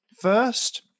first